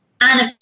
Anna